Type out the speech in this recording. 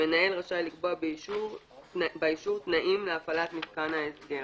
המנהל רשאי לקבוע באישור תנאים להפעלת מיתקן ההסגר.